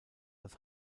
als